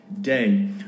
day